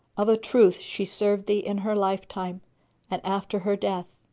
of a truth she served thee in her life time and after her death,